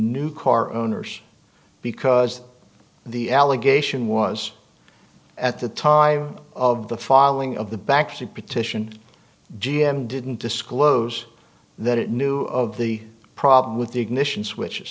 new car owners because the allegation was at the time of the filing of the backseat petition g m didn't disclose that it knew of the problem with the ignition switches